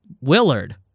Willard